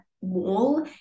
wall